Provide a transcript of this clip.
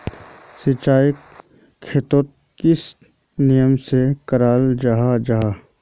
सिंचाई खेतोक किस नियम से कराल जाहा जाहा?